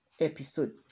episode